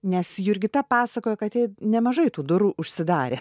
nes jurgita pasakojo kad jai nemažai tų durų užsidarė